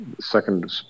second